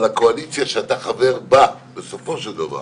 אבל הקואליציה שאתה חבר בה בסופו של דבר